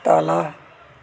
तल